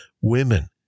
women